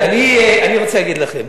אני רוצה להגיד לכם,